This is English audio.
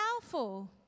powerful